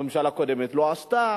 הממשלה הקודמת לא עשתה,